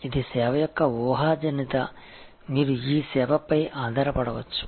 ఇది సేవ యొక్క ఊహాజనిత మీరు ఈ సేవపై ఆధారపడవచ్చు